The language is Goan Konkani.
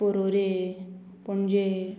पोरवोरे पणजे